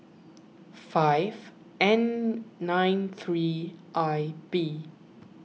five N nine three I B